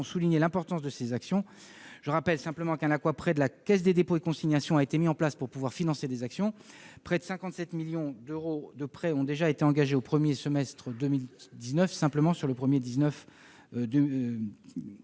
souligné l'importance de ces actions. Je rappelle qu'un « aqua prêt » de la Caisse des dépôts et consignations a été mis en place pour financer des actions. Près de 57 millions d'euros de prêts ont déjà été engagés au premier semestre de 2019. En ce qui concerne les